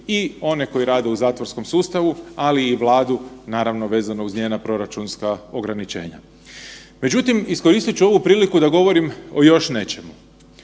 i one koji rade u zatvorskom sustavu, ali i Vladu, naravno, vezano uz njena proračunska ograničenja. Međutim, iskoristit ću ovu priliku da govorim o još nečemu.